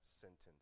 sentence